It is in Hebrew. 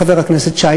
חבר הכנסת שי,